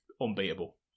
unbeatable